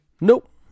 nope